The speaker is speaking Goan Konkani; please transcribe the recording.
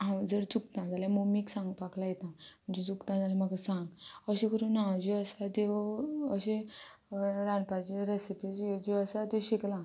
हांव जर चुकतां जाल्यार मम्मीक सांगपाक लायता म्हणजे चुकता जाल्यार म्हाका सांग अशें करून हांव ज्यो आसा त्यो अशे रांदपाच्यो रेसिपीज ज्यो आसा त्यो शिकलां